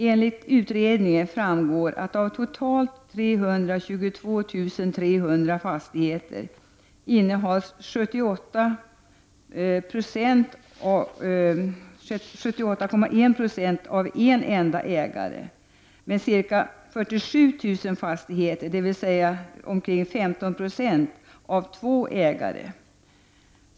Av utredningen framgår det att av totalt 322 300 fastigheter innehas 78,1 70 av en enda ägare, men ca 47 000 fastigheter, dvs. omkring 15 Jo, av två ägare.